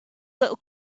little